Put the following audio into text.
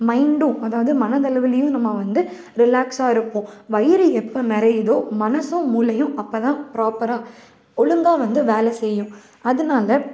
மைண்டும் அதாவது மனதளவிலயும் நம்ம வந்து ரிலெக்ஸாக இருக்கும் வயிறு எப்போ நிறையிதோ மனதும் மூளையும் அப்போதான் ப்ராப்பராக ஒழுங்காக வந்து வேலை செய்யும் அதனால